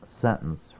sentence